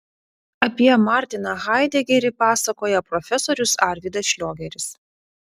apie martiną haidegerį pasakoja profesorius arvydas šliogeris